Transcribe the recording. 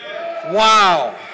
Wow